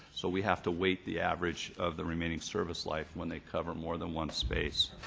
so we have to weight the average of the remaining service life when they cover more than one space.